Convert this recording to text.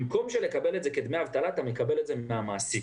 במקום לקבל את זה כדמי אבטלה אתה מקבל את זה מן המעסיק.